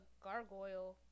gargoyle